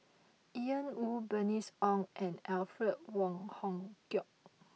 Ian Woo Bernice Ong and Alfred Wong Hong Kwok